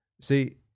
See